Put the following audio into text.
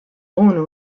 unu